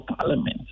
parliament